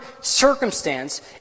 circumstance